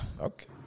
Okay